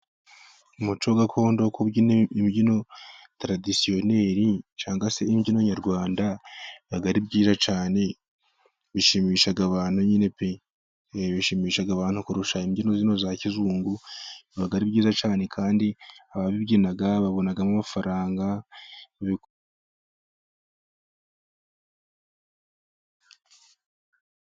Umuco gakondo wo kubyina imbyino taradisiyoneri cyangwa se imbyino Nyarwanda biba ari byiza cyane, bishimisha abantu nyine, bishimisha abantu kurusha imbyino za kizungu biba ari byiza cyane, kandi ababibyina babonamo amafaranga.